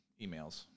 emails